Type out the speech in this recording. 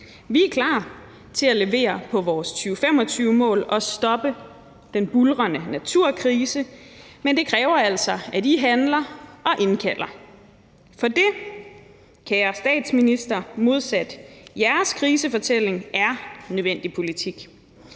Vi er klar til at levere på vores 2025-mål og stoppe den buldrende naturkrise, men det kræver altså, at I handler og indkalder, for det, kære statsminister, er modsat jeres krisefortælling nødvendig politik.